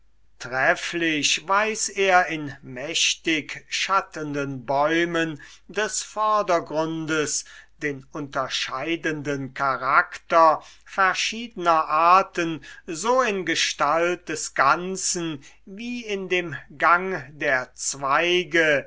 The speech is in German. trefflich weiß er in mächtig schattenden bäumen des vordergrundes den unterscheidenden charakter verschiedener arten so in gestalt des ganzen wie in dem gang der zweige